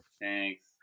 Thanks